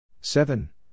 Seven